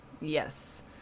yes